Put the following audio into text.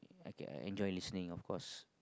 I can enjoy listening of course